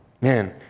man